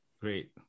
Great